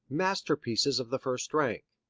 masterpieces of the first rank.